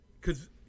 cause